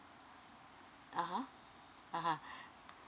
(uh huh) (uh huh)